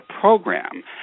program